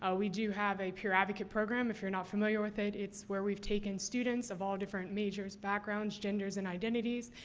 ah we do have a peer advocate program. if you're not familiar with it, it's where we've students of all different majors, backgrounds, genders, and identities,